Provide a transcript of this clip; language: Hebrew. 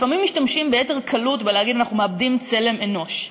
לפעמים משתמשים ביתר קלות בלהגיד "אנחנו מאבדים צלם אנוש",